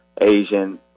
Asian